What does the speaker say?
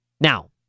Now